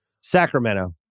Sacramento